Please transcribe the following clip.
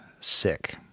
sick